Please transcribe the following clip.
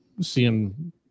seeing